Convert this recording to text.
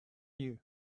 you